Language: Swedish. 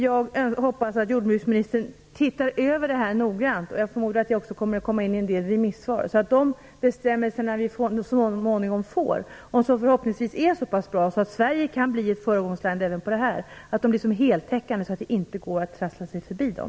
Jag hoppas att jordbruksministern ser över detta noggrant så att de bestämmelser vi så småningom får är så bra att Sverige kan bli ett föregångsland även på detta område och att de blir så heltäckande att det inte går att trassla sig förbi dem.